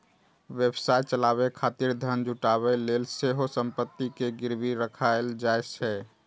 व्यवसाय चलाबै खातिर धन जुटाबै लेल सेहो संपत्ति कें गिरवी राखल जाइ छै